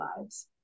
lives